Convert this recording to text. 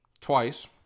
Twice